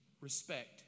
Respect